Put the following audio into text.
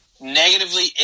negatively